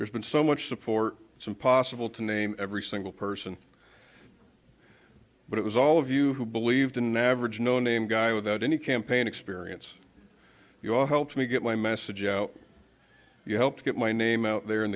there's been so much support it's impossible to name every single person but it was all of you who believed in average no name guy without any campaign experience you all helped me get my message out you helped get my name out there in